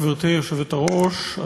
גברתי היושבת-ראש,